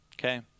okay